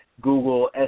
Google